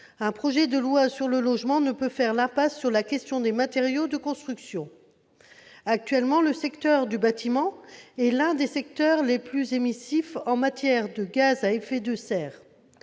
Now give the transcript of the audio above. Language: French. un projet de loi sur le logement ne peut faire l'impasse sur la question des matériaux de construction. Le secteur du bâtiment est l'un des secteurs les plus émissifs de gaz à effet de serre.